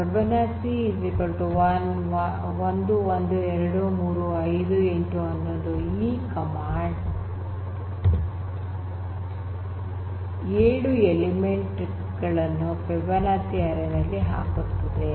myfriends "Ted" "Robyn" "Barney" "Lily""Marshall" fibonacci 1 1 2 3 5 8 11 ಈ command ಏಳು element ಗಳನ್ನು fibonacci ಅರೇ ನಲ್ಲಿ ಹಾಕುತ್ತದೆ